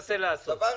נשים בצד